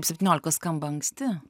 septyniolikos skamba anksti